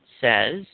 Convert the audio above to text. says